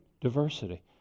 diversity